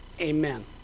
amen